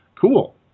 cool